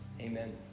Amen